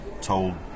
told